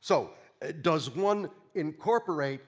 so does one incorporate